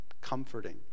comforting